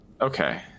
okay